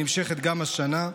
נמשכת גם השנה,